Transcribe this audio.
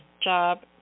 job